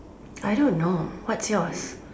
I don't know what's yours